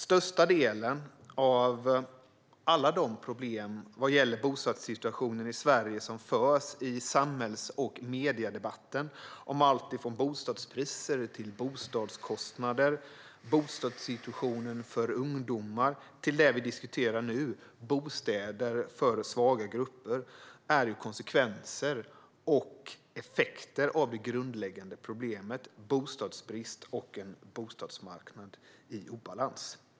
Största delen av alla de problem vad gäller bostadssituationen i Sverige som förs fram i samhälls och mediedebatten - allt från bostadspriser, bostadskostnader och bostadssituationen för ungdomar till det som vi diskuterar nu, nämligen bostäder för svaga grupper - är konsekvenser och effekter av det grundläggande problemet, som är bostadsbrist och en bostadsmarknad i obalans.